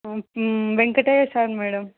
Venkatesh sir madam